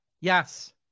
Yes